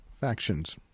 factions